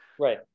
Right